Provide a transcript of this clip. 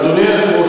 אדוני היושב-ראש,